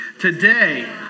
Today